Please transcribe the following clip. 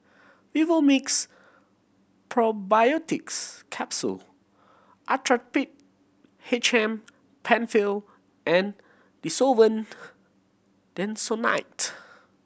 Vivomixx Probiotics Capsule Actrapid H M Penfill and Desowen Desonide